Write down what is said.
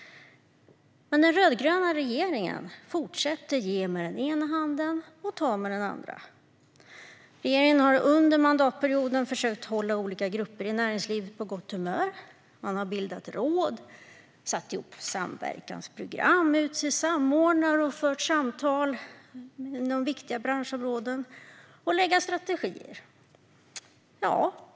Men den rödgröna regeringen fortsätter att ge med ena handen och ta med den andra. Regeringen har under mandatperioden försökt hålla olika grupper i näringslivet på gott humör. Man har bildat råd, satt ihop samverkansprogram, utsett samordnare, fört samtal inom viktiga branschområden och lagt fram strategier.